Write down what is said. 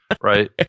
right